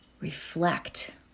reflect